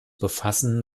befassen